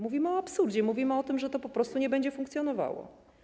Mówimy o absurdzie, mówimy o tym, że to po prostu nie będzie funkcjonowało.